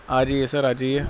آ جائیے سر آ جائیے